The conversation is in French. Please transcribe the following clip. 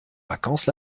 vacances